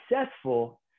successful